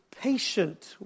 patient